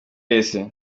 wese